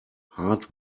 hard